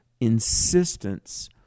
insistence